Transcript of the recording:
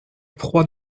proie